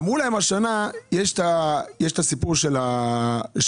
אמרו להן השנה שיש שאת הסיפור של הקייטנות,